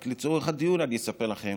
רק לצורך הדיון אני אספר לכם